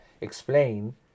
explain